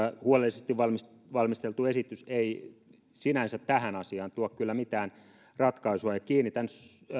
huolellisesti valmisteltu valmisteltu esitys ei sinänsä tähän asiaan tuo kyllä mitään ratkaisua ja kiinnitän